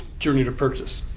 journey to purchase.